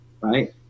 right